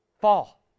fall